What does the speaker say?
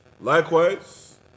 Likewise